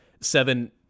seven